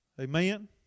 amen